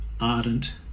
ardent